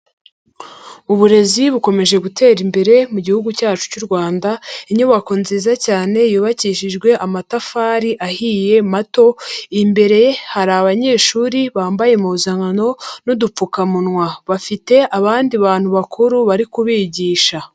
Uburezi bukomeje gutera imbere mu gihugu cyacu cy'u Rwanda, inyubako nziza cyane yubakishijwe amatafari ahiye mato, imbere hari abanyeshuri bambaye impuzankano n'udupfukamunwa. Bafite abandi bantu bakuru bari kubigisha.